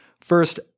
first